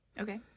Okay